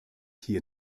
hier